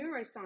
neuroscience